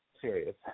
serious